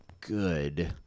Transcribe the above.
good